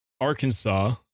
Arkansas